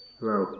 Hello